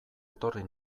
etorri